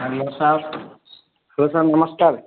hello sir ହଁ sir ନମସ୍କାର